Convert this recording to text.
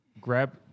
grab